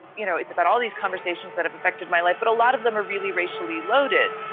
you know, it's about all these conversations that have affected my life. but a lot of them are really racially loaded.